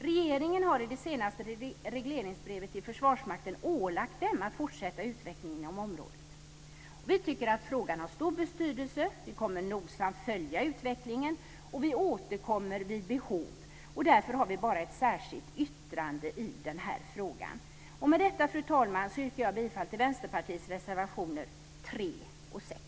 Regeringen har i det senaste regleringsbrevet till Försvarsmakten ålagt denna att fortsätta utvecklingen inom området. Vi tycker att frågan är av stor betydelse. Vi kommer nogsamt att följa utvecklingen, och vi återkommer vid behov. Därför har vi bara ett särskilt yttrande i den här frågan. Med detta, fru talman, yrkar jag bifall till Vänsterpartiets reservationer 3 och 6.